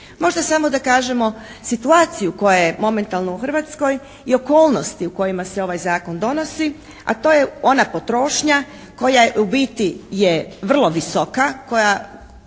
Možda samo da kažemo situaciju koja je momentalno u Hrvatskoj i okolnosti u kojima se ovaj zakon donosi a to je ona potrošnja koja u biti je vrlo visoka, koja